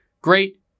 great